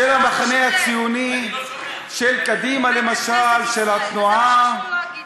של המחנה הציוני, של קדימה, למשל, של התנועה,